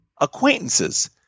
acquaintances